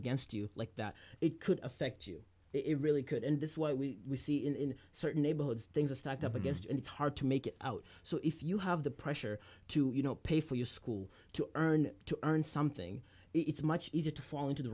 against you like that it could affect you it really could end this what we see in certain neighborhoods things are stacked up against and it's hard to make it out so if you have the pressure to you know pay for your school to earn to earn something it's much easier to fall into the